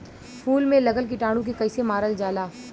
फूल में लगल कीटाणु के कैसे मारल जाला?